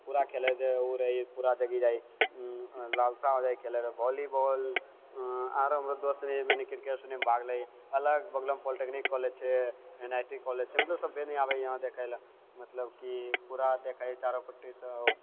पूरा खेलैके जे ओ रहैया पूरा देखि जाइयै लालसा रहैया खेलैके वोलीबॉल आरू हमर दोस्त सनि मतलब क्रिकेट सनि भाग लेइया अलग बगलेमे पॉलिटेक्निक कॉलेज छै एन आइ टी कॉलेज छै मतलब सभे नि आबैया देखैले मतलब कि पूरा देखैया चारू पट्टीसँ ओ